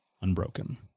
unbroken